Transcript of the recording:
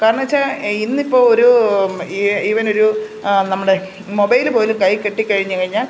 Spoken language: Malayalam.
കാരണം വെച്ചാൽ ഇന്നിപ്പോൾ ഒരു ഈവൻ ഒരു നമ്മുടെ മൊബൈൽ പോലും കയ്യിൽ കിട്ടിക്കഴിഞ്ഞുകഴിഞ്ഞാൽ